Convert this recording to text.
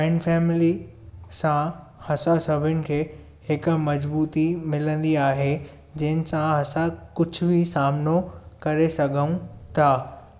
joint family सां असां सभिनी खे हिकु मजबूती मिलंदी आहे जंहिं सां कुझु बि सामनो करे सघूं था